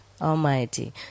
Almighty